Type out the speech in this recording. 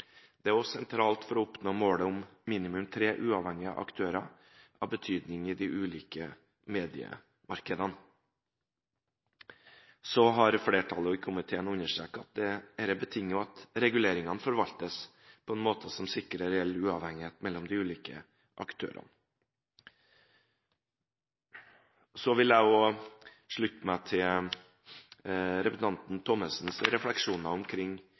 Det er også sentralt for å oppnå målet om minimum tre uavhengige aktører av betydning i de ulike mediemarkedene. Flertallet i komiteen har understreket at dette betinger at reguleringene forvaltes på en måte som sikrer reell uavhengighet mellom de ulike aktørene. Jeg vil slutte meg til representanten Thommessens refleksjoner